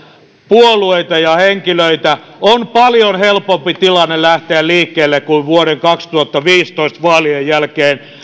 puolueita ja henkilöitä on paljon helpompi tilanne lähteä liikkeelle kuin vuoden kaksituhattaviisitoista vaalien jälkeen